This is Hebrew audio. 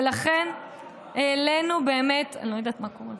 ולכן העלינו, אני לא יודעת מה קורה פה,